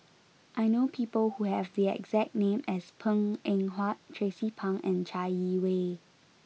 I know people who have the exact name as Png Eng Huat Tracie Pang and Chai Yee Wei